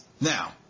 Now